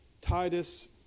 Titus